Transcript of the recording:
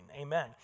Amen